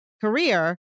career